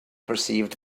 perceived